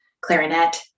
clarinet